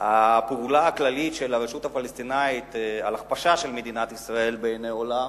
הפעולה הכללית של הרשות הפלסטינית להכפשה של מדינת ישראל בעיני העולם,